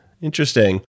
Interesting